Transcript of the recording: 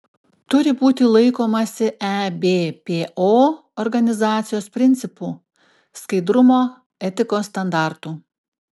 turi būti laikomasi ebpo organizacijos principų skaidrumo etikos standartų